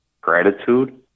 gratitude